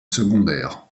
secondaires